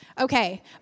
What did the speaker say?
Okay